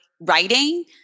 writing